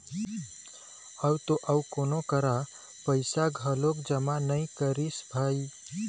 अउ त अउ कोनो करा पइसा घलोक जमा नइ करिस भई